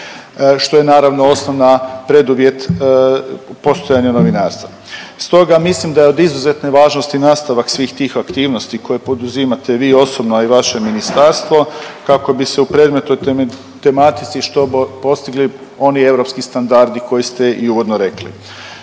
što je naravno osnovna preduvjet postojanju novinarstva. Stoga mislim da je od izuzetne važnosti nastavak svih tih aktivnosti koje poduzimate vi osobno, a i vaše ministarstvo kako bi se u predmetnoj tematici što bo, postigli oni europski standardi koji ste i uvodno rekli.